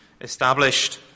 established